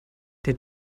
der